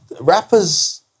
rappers